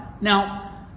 Now